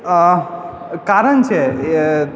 कारण छै